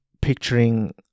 picturing